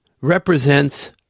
represents